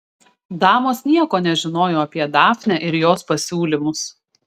damos nieko nežinojo apie dafnę ir jos pasiūlymus